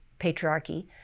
patriarchy